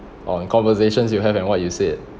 on conversations you have and what you said